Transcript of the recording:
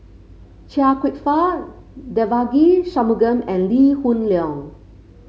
Chia Kwek Fah Devagi Sanmugam and Lee Hoon Leong